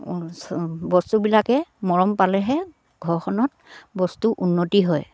বস্তুবিলাকে মৰম পালেহে ঘৰখনত বস্তু উন্নতি হয়